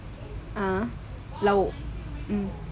a'ah lauk mm